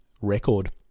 record